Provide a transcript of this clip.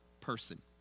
person